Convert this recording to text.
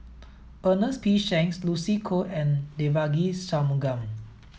Ernest P Shanks Lucy Koh and Devagi Sanmugam